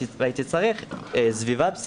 והייתי צריך סביבה של